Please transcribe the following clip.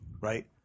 right